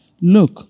look